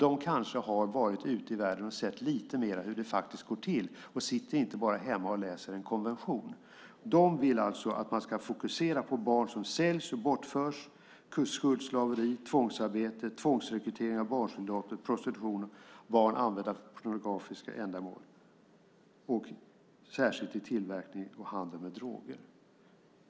De kanske har varit ute i världen och sett lite mer hur det faktiskt går till i stället för att bara sitta hemma och läsa en konvention. De vill alltså att man fokuserar på barn som säljs och bortförs, barn som hamnar i skuldslaveri och tvångsarbete, barn som tvångsrekryteras till barnsoldater, utnyttjas i prostitution och för pornografiska ändamål. Särskilt gäller det barn i tillverkning och handel med droger.